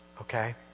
okay